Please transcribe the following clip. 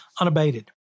unabated